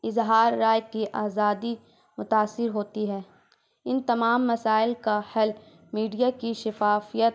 اظہار رائے کی آزادی متاثر ہوتی ہے ان تمام مسائل کا حل میڈیا کی شفافیت